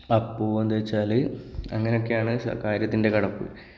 അപ്പോൾ എന്താണെന്ന് വച്ചാൽ അങ്ങനെയൊക്കെയാണ് കാര്യത്തിൻ്റെ കിടപ്പ്